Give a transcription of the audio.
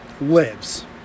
lives